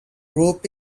group